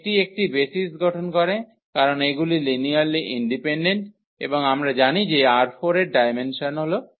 সুতরাং এটি একটি বেসিস গঠন করে কারণ এগুলি লিনিয়ারলি ইন্ডিপেন্ডেন্ট এবং আমরা জানি যে ℝ4 এর ডায়মেন্সন 4